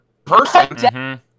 person